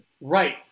Right